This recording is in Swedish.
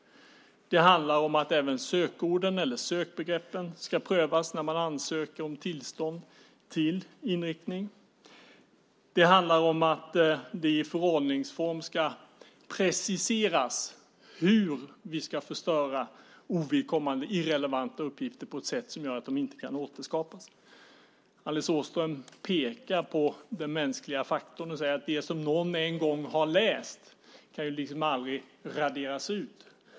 Det handlar om att även sökorden eller sökbegreppen ska prövas när man ansöker om tillstånd till inriktning. Det handlar om att det i förordningsform ska preciseras hur vi ska förstöra ovidkommande irrelevanta uppgifter på ett sätt som gör att de inte kan återskapas. Alice Åström pekar på den mänskliga faktorn och säger att det som någon en gång har läst aldrig kan raderas ut.